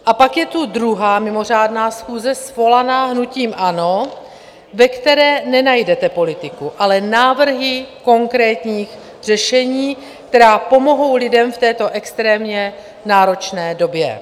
A pak je tu druhá mimořádná schůze, svolaná hnutím ANO, ve které nenajdete politiku, ale návrhy konkrétních řešení, která pomohou lidem v této extrémně náročné době.